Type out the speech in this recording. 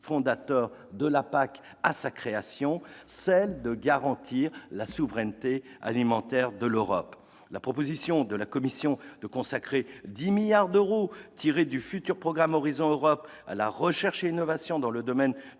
fondateur de la PAC à sa création : celle de garantir la souveraineté alimentaire de l'Europe. La proposition de la Commission de consacrer 10 milliards d'euros, tirés du futur programme Horizon Europe, à la recherche et à l'innovation dans les domaines